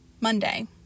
Monday